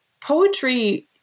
poetry